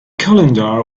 calendar